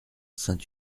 saint